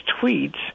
tweets